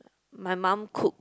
my mom cook